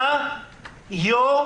אתה יו"ר